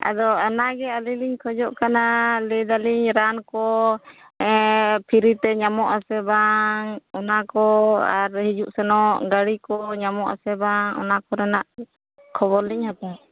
ᱟᱫᱚ ᱚᱱᱟ ᱜᱮ ᱟᱹᱞᱤᱧ ᱞᱤᱧ ᱠᱷᱚᱡᱚᱜ ᱠᱟᱱᱟ ᱞᱟᱹᱭᱮᱫᱟᱞᱤᱧ ᱨᱟᱱ ᱠᱚ ᱯᱷᱤᱨᱤ ᱛᱮ ᱧᱟᱢᱚᱜ ᱟᱥᱮ ᱵᱟᱝ ᱚᱱᱟ ᱠᱚ ᱟᱨ ᱦᱤᱡᱩᱜ ᱥᱮᱱᱚᱜ ᱜᱟᱹᱲᱤ ᱠᱚ ᱧᱟᱢᱚᱜ ᱟᱥᱮ ᱵᱟᱝ ᱚᱱᱟ ᱠᱚᱨᱮᱱᱟᱜ ᱠᱷᱚᱵᱚᱨ ᱞᱤᱧ ᱦᱟᱛᱟᱣ ᱮᱫᱟ